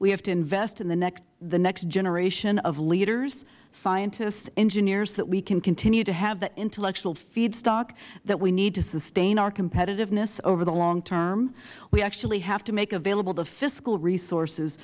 we have to invest in the next generation of leaders scientists engineers so we can continue to have the intellectual feedstock that we need to sustain our competitiveness over the long term we actually have to make available the fiscal resources